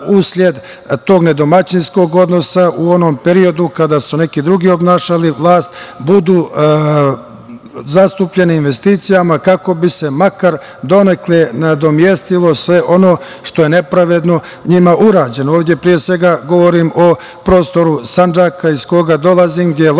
usled tog nedomaćinskog odnosa u onom periodu kada su neki drugi obnašali vlast, budu zastupljeni investicijama kako bi se makar donekle nadomestilo sve ono što je nepravedno njima urađeno. Ovde pre svega govorim o prostoru Sandžaka iz koga dolazim, gde je